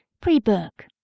pre-book